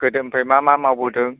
गोदोनिफ्राय मा मा मावबोदों